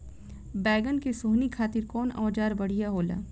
बैगन के सोहनी खातिर कौन औजार बढ़िया होला?